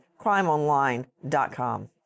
CrimeOnline.com